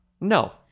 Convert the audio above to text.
No